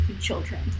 children